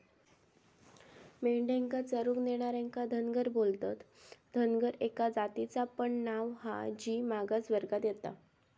मेंढ्यांका चरूक नेणार्यांका धनगर बोलतत, धनगर एका जातीचा पण नाव हा जी मागास वर्गात येता